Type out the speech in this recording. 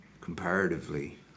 comparatively